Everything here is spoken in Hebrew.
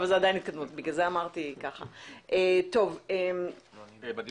נתחיל מאיפה